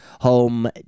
home